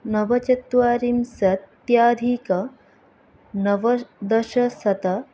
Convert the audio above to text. नवचत्वारिंसत्यधिकनवदशशत